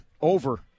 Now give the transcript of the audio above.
over